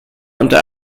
unter